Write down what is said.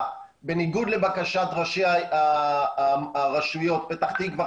בניגוד לבקשת ראשי הרשויות פתח תקווה,